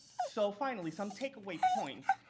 so finally, some takeaway points.